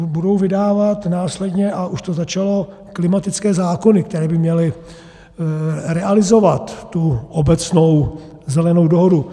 Budou vydávat následně, a už to začalo, klimatické zákony, které by měly realizovat tu obecnou Zelenou dohodu.